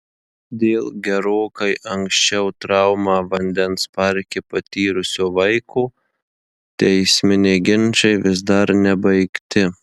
dėl gerokai anksčiau traumą vandens parke patyrusio vaiko teisminiai ginčai vis dar nebaigti